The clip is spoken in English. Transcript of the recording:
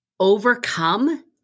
Overcome